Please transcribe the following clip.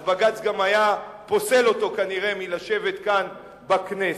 אז בג"ץ גם היה פוסל אותו כנראה מלשבת כאן בכנסת,